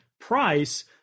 price